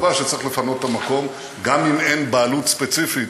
קבע שצריך לפנות את המקום גם אם אין בעלות ספציפית.